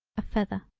a feather.